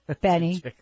Benny